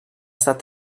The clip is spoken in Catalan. estat